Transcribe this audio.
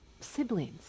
siblings